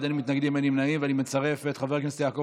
הוראת שעה)